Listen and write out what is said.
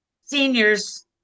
seniors